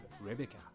Rebecca